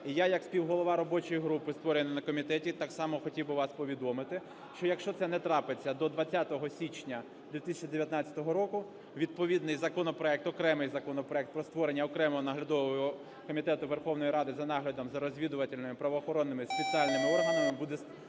я як співголова робочої групи, створеної на комітеті, там само хотів би вас повідомити, що якщо це не трапиться до 20 січня 2019 року, відповідний законопроект, окремий законопроект про створення окремого наглядового Комітету Верховної Ради за наглядом за розвідувальними правоохоронними спеціальними органами буде запропонований